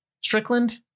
Strickland